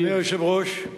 אדוני היושב-ראש,